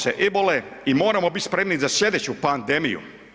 se ebole i moramo biti spremni za slijedeću pandemiju.